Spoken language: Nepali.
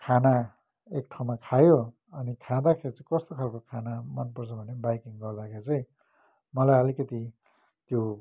खाना एक ठाउँमा खायो अनि खाँदाखेरि चाहिँ कस्तो खालको खाना मनपर्छ भने बाइकिङ गर्दाखेरि चाहिँ मलाई अलिकिति त्यो